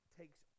takes